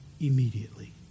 immediately